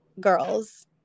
girls